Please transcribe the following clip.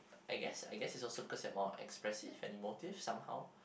I guess I guess is because is also because they are also more expressive and emotive some how